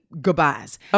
goodbyes